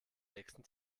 nächsten